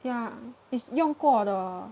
ya it's 用过的